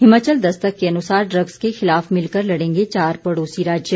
हिमाचल दस्तक के अनुसार ड्रग्स के खिलाफ मिलकर लड़ेंगे चार पड़ोसी राज्य